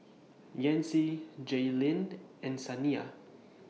Yancy Jaylyn and Saniya